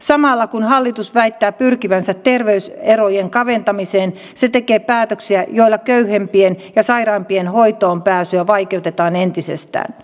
samalla kun hallitus väittää pyrkivänsä terveyserojen kaventamiseen se tekee päätöksiä joilla köyhempien ja sairaampien hoitoonpääsyä vaikeutetaan entisestään